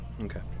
Okay